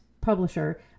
publisher